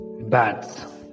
bats